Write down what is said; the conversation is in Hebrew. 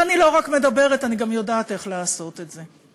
ואני לא רק מדברת, אני גם יודעת איך לעשות את זה.